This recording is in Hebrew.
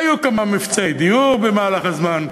היו כמה מבצעי דיור במהלך הזמן,